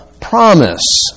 promise